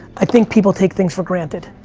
i think people take things for granted.